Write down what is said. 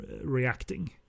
reacting